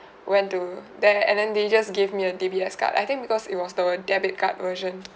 went to there and then they just gave me a D_B_S card I think because it was the debit card version